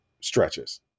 stretches